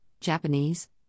Japanese